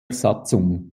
satzung